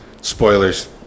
spoilers